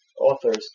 authors